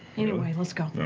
anyway, let's go.